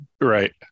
right